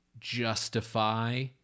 justify